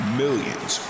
millions